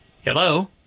Hello